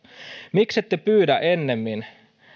miksette pyydä ennemmin